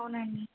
అవునండి